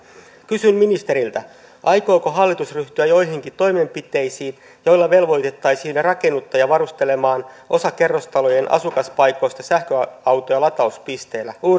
kysyn ministeriltä aikooko hallitus ryhtyä joihinkin toimenpiteisiin joilla velvoitettaisiin jo rakennuttaja varustelemaan osa kerrostalojen asukaspaikoista sähköautojen latauspisteellä